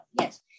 yes